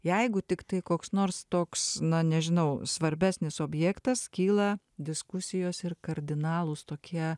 jeigu tiktai koks nors toks na nežinau svarbesnis objektas kyla diskusijos ir kardinalūs tokie